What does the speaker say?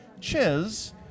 Chiz